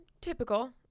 typical